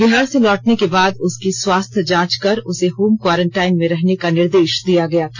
बिहार से लौटने के बाद उसकी स्वास्थ्य जांच कर उसे होम क्वारंटाइन में रहने का निर्देश दिया गया था